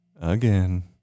again